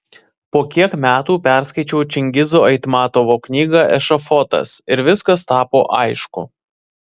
po kiek metų perskaičiau čingizo aitmatovo knygą ešafotas ir viskas tapo aišku